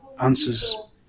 answers